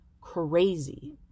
crazy